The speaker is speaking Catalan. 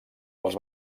els